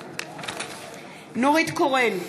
אינו נוכח נורית קורן,